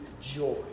joy